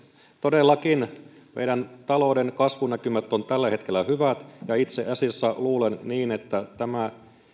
todellakin meidän taloutemme kasvunäkymät ovat tällä hetkellä hyvät ja itse asiassa luulen että tämä